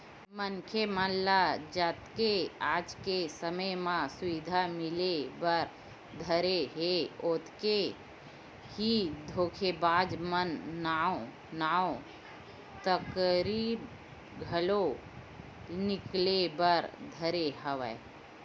मनखे मन ल जतके आज के समे म सुबिधा मिले बर धरे हे ओतका ही धोखेबाज मन नवा नवा तरकीब घलो निकाले बर धरे हवय